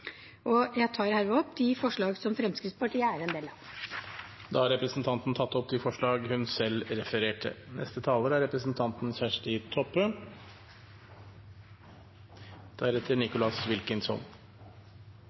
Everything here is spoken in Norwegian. tar jeg opp de forslagene som Arbeiderpartiet er en del av. Da har representanten Tellef Inge Mørland tatt opp de forslagene han refererte